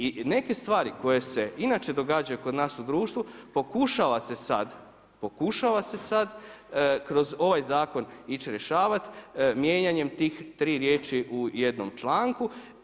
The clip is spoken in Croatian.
I neke stvari koje se inače događaju kod nas u društvu pokušava se sa kroz ovaj zakon ići rješavati, mijenjanjem tih tri riječi u jednom članku.